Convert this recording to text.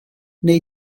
wnei